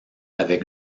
avec